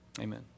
Amen